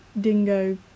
dingo